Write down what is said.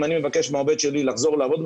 אם אני מבקש מהעובד שלי לחזור לעבוד,